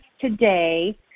today